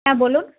হ্যাঁ বলুন